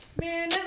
man